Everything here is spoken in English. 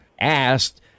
asked